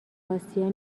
آسیا